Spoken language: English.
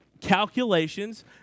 calculations